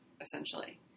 essentially